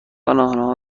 آنها